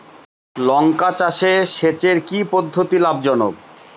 লঙ্কা চাষে সেচের কি পদ্ধতি লাভ জনক?